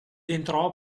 entrò